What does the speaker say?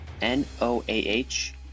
N-O-A-H